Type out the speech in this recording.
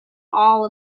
all